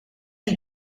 and